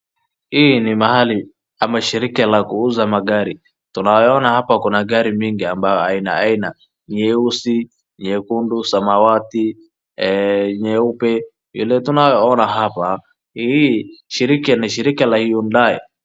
Hii ni mahali ama shirika la kuuza magari, tunayoona hapo kuna magari mingi ambyo ni aina aina, nyesi, nyekundu, samawati, nyeupe. Vile tunavyoona hapa hii shirika ni shirika la....